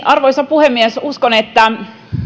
arvoisa puhemies uskon että